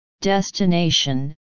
destination